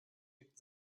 nickt